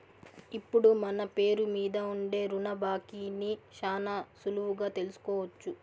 ఇప్పుడు మన పేరు మీద ఉండే రుణ బాకీని శానా సులువుగా తెలుసుకోవచ్చు